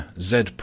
z